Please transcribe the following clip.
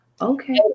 okay